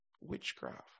Witchcraft